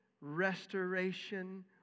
restoration